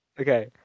Okay